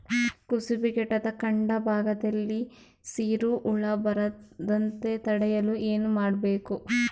ಕುಸುಬಿ ಗಿಡದ ಕಾಂಡ ಭಾಗದಲ್ಲಿ ಸೀರು ಹುಳು ಬರದಂತೆ ತಡೆಯಲು ಏನ್ ಮಾಡಬೇಕು?